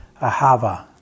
ahava